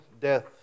death